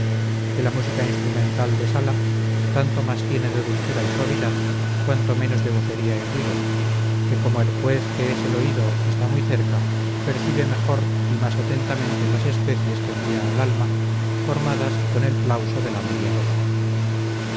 que la música instrumental de sala tanto más tiene de dulzura y suavidad cuanto menos de vocería y ruido que como el juez que es el oído está muy cerca percibe mejor y mas atentamente las especies que envía al alma formadas con el plauso de la media voz